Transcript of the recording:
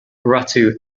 ratu